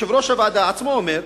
יושב-ראש הוועדה בעצמו אומר: